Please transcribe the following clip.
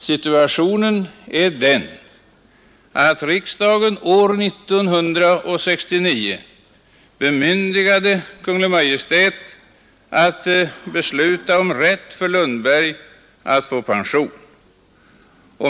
Situationen är den att riksdagen år 1969 bemyndigade Kungl. Maj:t att besluta om rätt för Lundberg att få pension.